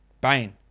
Bain